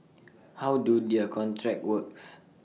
how do their contracts work